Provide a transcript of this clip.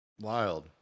Wild